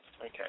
Okay